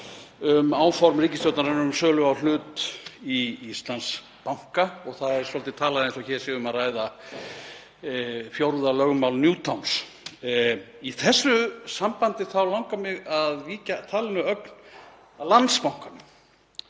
um áform ríkisstjórnarinnar um sölu á hlut í Íslandsbanka. Það er svolítið talað eins og hér sé um að ræða fjórða lögmál Newtons. Í þessu sambandi langar mig að víkja talinu ögn að Landsbankanum.